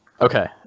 okay